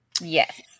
Yes